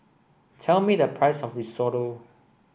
tell me the price of Risotto